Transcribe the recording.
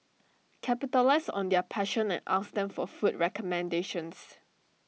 capitalise on their passion and ask them for food recommendations